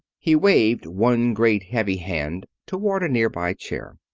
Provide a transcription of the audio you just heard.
he waved one great heavy hand toward a near-by chair.